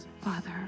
Father